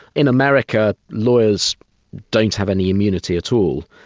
in america, lawyers don't have any immunity at all,